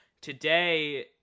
today